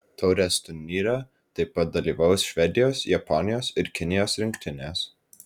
taurės turnyre taip pat dalyvaus švedijos japonijos ir kinijos rinktinės